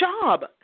job